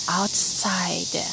outside